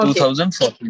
2014